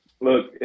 Look